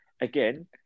again